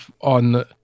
on